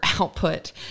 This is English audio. output